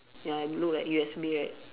ya and look like U_S_B right